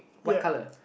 white color